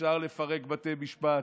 אפשר לפרק בתי משפט,